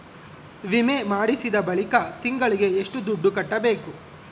ವಿಮೆ ಮಾಡಿಸಿದ ಬಳಿಕ ತಿಂಗಳಿಗೆ ಎಷ್ಟು ದುಡ್ಡು ಕಟ್ಟಬೇಕು?